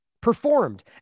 performed